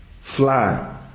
fly